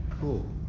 Cool